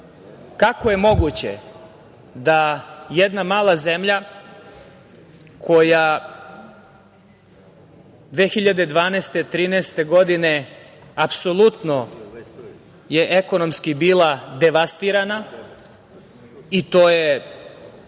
kako je moguće da jedna mala zemlja koja 2012, 2013. godine, apsolutno je ekonomski bila devastirana i to je